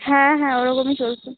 হ্যাঁ হ্যাঁ ওরকমই চলছে